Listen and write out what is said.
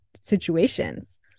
situations